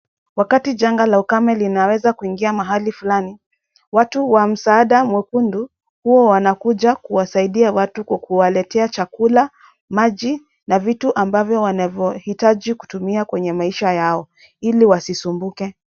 Wakati janga la ukame linaweza kuingia mahali fulani, watu wa msaada mwekundu huwa wanakuja kuwasaidia watu kwa kuwaletea chakula, maji na vitu ambavyo wanavyohitaji kutumia kwenye maisha yao ili wasisumbuke.